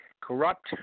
corrupt